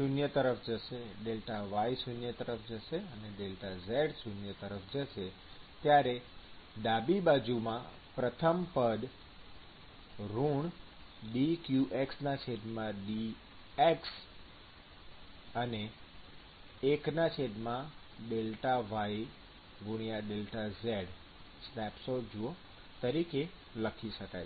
→0 Δy →0 Δz →0 ત્યારે ડાબીબાજુ માં પ્રથમ પદ dqxdx 1∆y∆z સ્નેપશોટ જુઓ તરીકે લખી શકાય છે